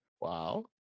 Wow